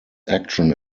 action